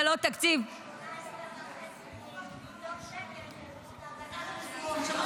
זה לא תקציב --- הם --- עכשיו 18.5 מיליון שקל להדלקת משואות,